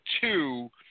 two